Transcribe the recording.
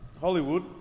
Hollywood